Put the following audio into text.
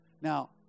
Now